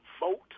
vote